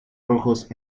rojos